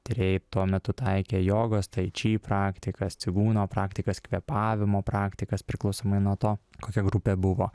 tyrėjai tuo metu taikė jogos taiči praktikas cigūno praktikas kvėpavimo praktikas priklausomai nuo to kokia grupė buvo